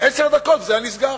עשר דקות, וזה היה נסגר.